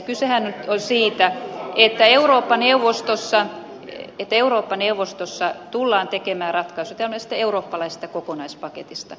kysehän on nyt siitä että eurooppa neuvostossa tullaan tekemään ratkaisu tämmöisestä eurooppalaisesta kokonaispaketista